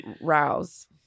Rouse